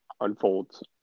unfolds